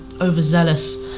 overzealous